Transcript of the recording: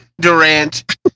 Durant